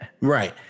Right